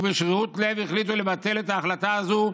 ובשרירות לב החליטו לבטל את ההחלטה הזו,